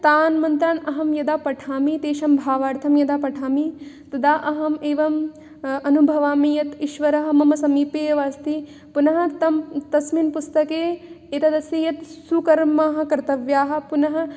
तान् मन्त्रान् अहं यदा पठामि तेषां भावार्थं यदा पठामि तदा अहम् एवम् अनुभवामि यत् ईश्वरः मम समीपे एव अस्ति पुनः तं तस्मिन् पुस्तके एतदस्य यत् सुकर्म कर्तव्यं पुनः